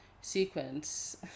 sequence